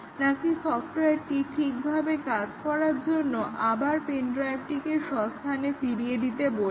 নাকি সফটওয়্যারটি ঠিকভাবে কাজ করার জন্য আবার পেনড্রাইভটিকে সস্থানে ফিরিয়ে দিতে বলবে